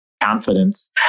confidence